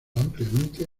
ampliamente